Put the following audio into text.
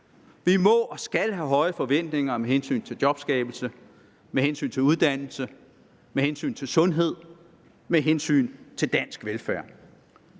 Vi må og skal have høje forventninger med hensyn til jobskabelse, med hensyn til uddannelse,